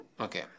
Okay